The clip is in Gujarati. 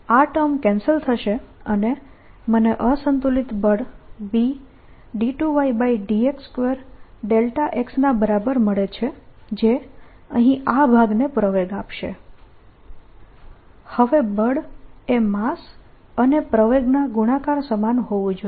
આ ટર્મ કેન્સલ થશે અને મને અસંતુલિત બળ Bx ના બરાબર મળે છે જે અહીં આ ભાગને પ્રવેગ આપશે હવે બળ એ માસ અને પ્રવેગના ગુણાકાર સમાન હોવું જોઈએ